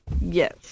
Yes